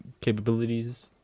capabilities